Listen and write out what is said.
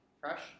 Fresh